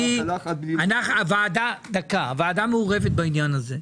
הוועדה מעורבת בעניין הזה.